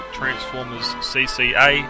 transformerscca